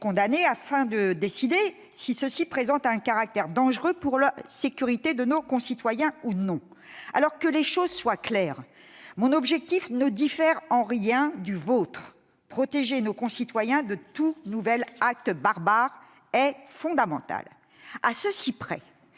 condamnés, afin de décider si ceux-ci présentent ou non un caractère dangereux pour la sécurité de nos concitoyens. Que les choses soient claires : mon objectif ne diffère en rien du vôtre- protéger nos concitoyens contre tout nouvel acte barbare est fondamental -, à ceci près